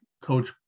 coach